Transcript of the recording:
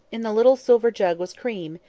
in the little silver jug was cream,